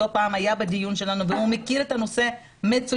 לא פעם היה בדיון שלנו והוא מכיר את הנושא מצוין.